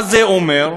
מה זה אומר?